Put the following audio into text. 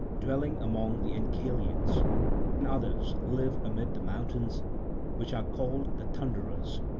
dwelling among the encheleans and others live amid the mountains which are called the thunderers,